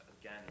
again